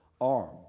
arm